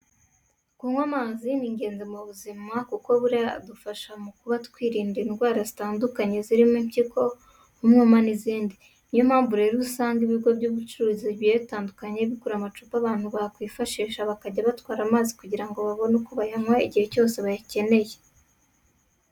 Kunywa amazi ni ingenzi mu buzima kuko buriya adufasha mu kuba twakirinda indwara zitandukanye zirimo impyiko, umwuma n'izindi. Ni yo mpamvu rero usanga ibigo by'ubucuruzi bigiye bitandukanye bikora amacupa abantu bakwifashisha, bakajya batwara amazi kugira ngo babone uko bayanywa igihe cyose bayakenereye.